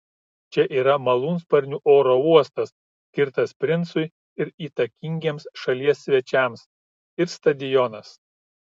čia yra malūnsparnių oro uostas skirtas princui ir įtakingiems šalies svečiams ir stadionas